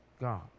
God